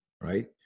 right